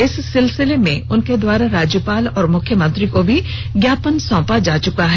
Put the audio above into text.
इस सिलसिले में उनके द्वारा राज्यपाल और मुख्यमंत्री को भी ज्ञापन सौंपा जा चुका है